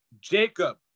Jacob